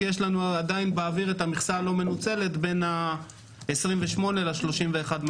כי עדיין יש לנו באוויר את המכסה הלא מנוצלת בין ה-28,000 ל-31,200.